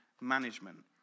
management